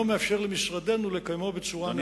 מאפשר למשרדנו לקיימו בצורה נאותה.